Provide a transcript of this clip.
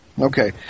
Okay